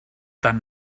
tan